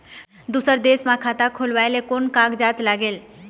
दूसर देश मा खाता खोलवाए ले कोन कागजात लागेल?